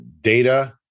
data